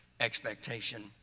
expectation